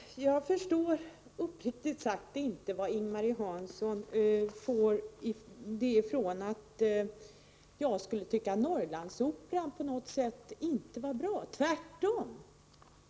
Herr talman! Jag förstår uppriktigt sagt inte var Ing-Marie Hansson fått det ifrån att jag skulle tycka att Norrlandsoperan inte är bra. Tvärtom!